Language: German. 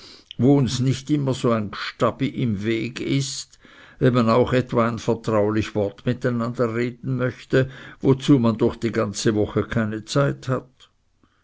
wo uns nicht immer so ein gstabi am weg ist wenn man auch etwa ein vertraulich wort miteinander reden möchte wozu man durch die ganze woche keine zeit hat